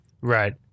right